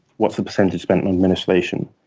what's the percentage spent on administration?